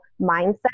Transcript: mindset